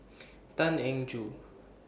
Tan Eng Joo